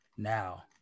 Now